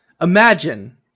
Imagine